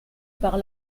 par